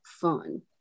fun